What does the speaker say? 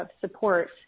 support